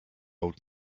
old